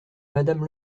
madame